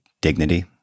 dignity